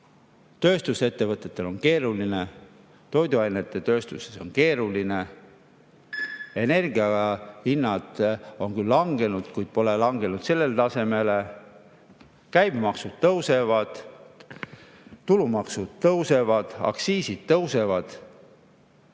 Tööstusettevõtetel on keeruline, toiduainete tööstuses on keeruline. Energiahinnad on küll langenud, kuid pole langenud sellele tasemele. Käibemaks tõuseb, tulumaks tõuseb, aktsiisid tõusevad.